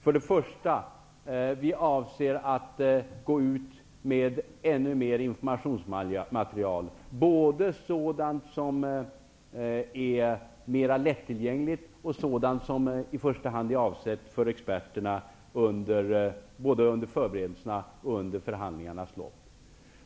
För det första avser vi att gå ut med ännu mer informationsmaterial, både sådant som är mera lättillgängligt och sådant som i första hand är avsett för experterna såväl under förberedelserna som under förhandlingarnas lopp.